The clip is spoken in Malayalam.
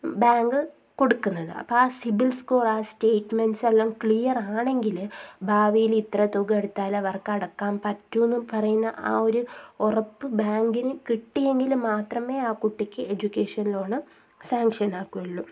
ബാങ്ക് കൊടുക്കുന്നത് അപ്പോൾ ആ സിബിൽ സ്കോർ ആ സ്റ്റേറ്റ്മെൻറ്റ്സെല്ലാം ക്ലിയർ ആണെങ്കിൽ ഭാവിയിൽ ഇത്ര തുക എടുത്താൽ അവർക്കടക്കാൻ പറ്റും എന്നു പറയുന്ന ആ ഒരു ഉറപ്പ് ബാങ്കിന് കിട്ടിയെങ്കിൽ മാത്രമേ ആ കുട്ടിക്ക് എഡ്യൂക്കേഷൻ ലോണ് സാങ്ക്ഷനാക്കുള്ളു